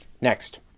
next